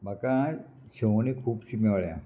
म्हाका शेवणी खुबशीं मेवल्यां